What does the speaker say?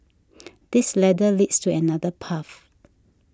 this ladder leads to another path